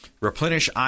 Replenish